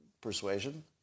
persuasion